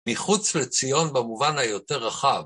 מחוץ לציון במובן היותר רחב.